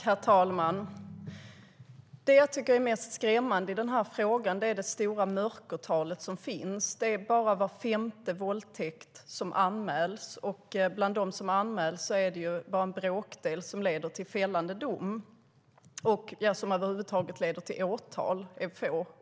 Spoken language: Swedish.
Herr talman! Det som är mest skrämmande i frågan är det stora mörkertalet. Bara var femte våldtäkt anmäls, och bland dem som anmäls leder bara en bråkdel till fällande dom. Det är över huvud taget få som leder åtal.